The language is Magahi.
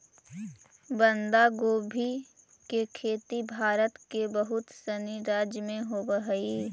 बंधगोभी के खेती भारत के बहुत सनी राज्य में होवऽ हइ